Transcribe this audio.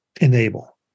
enable